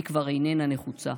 היא כבר איננה נחוצה."